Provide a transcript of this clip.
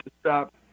stop